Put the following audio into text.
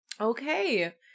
Okay